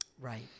right